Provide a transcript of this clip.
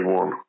one